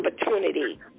opportunity